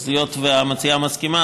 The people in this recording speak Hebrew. אז היות שהמציעה מסכימה,